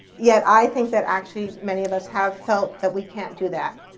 yet i think that actually many of us have felt that we can't do that.